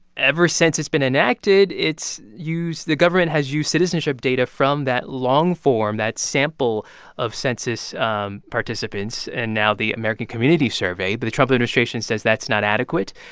ever since it's been enacted, it's used the government has used citizenship data from that long form, that sample of census um participants, and now the american community survey, but the trump administration says that's not adequate.